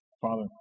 Father